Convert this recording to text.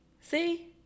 See